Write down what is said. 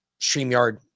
StreamYard